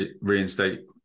reinstate